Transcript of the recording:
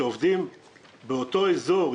שעובדים באותו אזור,